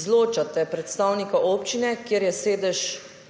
izločate predstavnika občine, **48. TRAK